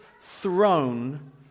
throne